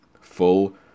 full